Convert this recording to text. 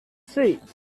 street